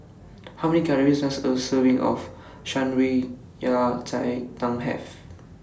How Many Calories Does A Serving of Shan Rui Yao Cai Tang Have